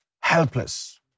helpless